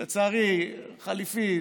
לצערי, חליפי.